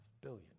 billion